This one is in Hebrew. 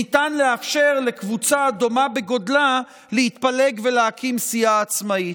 ניתן לאפשר לקבוצה דומה בגודלה להתפלג ולהקים סיעה עצמאית?